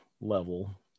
level